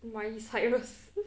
miley cyrus